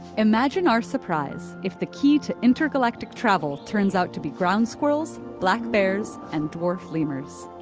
imagine our surprise if the key to intergalactic travel turns out to be ground squirrels, black bears, and dwarf lemurs.